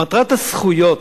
מטרת הזכויות,